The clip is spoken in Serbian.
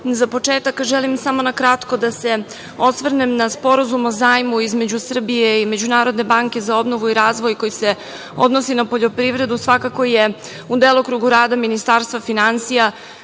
za početak želim samo na kratko da se osvrnem na Sporazum o zajmu između Srbije i Međunarodne banke za obnovu i razvoj, koji se odnosi na poljoprivredu, a svakako je u delokrugu rada Ministarstva finansija.